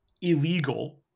illegal